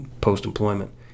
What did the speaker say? post-employment